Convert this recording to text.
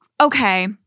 Okay